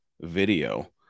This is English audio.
video